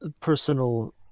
personal